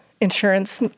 insurance